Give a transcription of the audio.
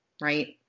right